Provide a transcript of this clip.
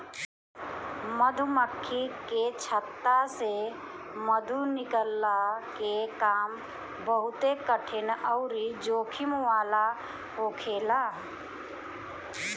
मधुमक्खी के छत्ता से मधु निकलला के काम बहुते कठिन अउरी जोखिम वाला होखेला